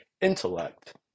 intellect